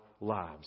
lives